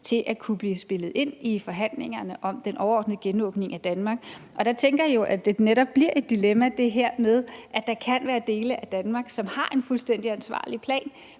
til at kunne blive spillet ind i forhandlingerne om den overordnede genåbning af Danmark. Og der tænker jeg jo, at det netop bliver et dilemma, altså det her med, at der kan være dele af Danmark, som har en fuldstændig ansvarlig plan,